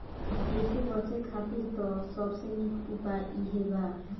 एसे बचे खातिर त सबसे निक उपाय इहे बा